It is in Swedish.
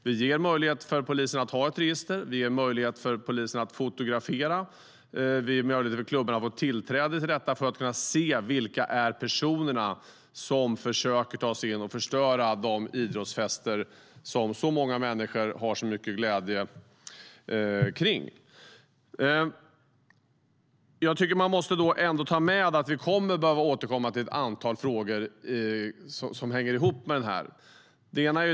Vi ger möjlighet för polisen att ha ett register. Vi ger möjlighet för polisen att fotografera. Vi möjliggör för klubbarna att få tillträde till registret för att de ska kunna se vilka personer det är som försöker ta sig in och förstöra de idrottsfester som så många människor har så mycket glädje av. Jag tycker ändå att man måste ta med att vi kommer att behöva återkomma till ett antal frågor som hänger ihop med den här.